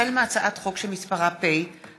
החל בהצעת חוק פ/4963/20